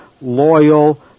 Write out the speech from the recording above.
loyal